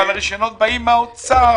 אבל הרישיונות מגיעים מהאוצר,